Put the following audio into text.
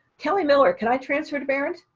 kelly miller can i transfer to behrend?